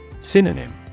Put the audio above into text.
Synonym